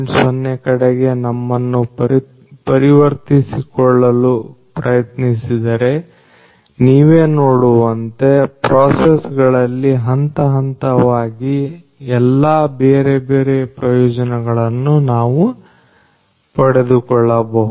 0 ಕಡೆಗೆ ನಮ್ಮನ್ನು ಪರಿವರ್ತಿಸಿಕೊಳ್ಳಲು ಪ್ರಯತ್ನಿಸಿದರೆ ನೀವೇ ನೋಡುವಂತೆ ಪ್ರೋಸೆಸ್ ಗಳಲ್ಲಿ ಹಂತಹಂತವಾಗಿ ಎಲ್ಲ ಬೇರೆ ಬೇರೆ ಪ್ರಯೋಜನಗಳನ್ನು ನಾವು ಪಡೆದುಕೊಳ್ಳಬಹುದು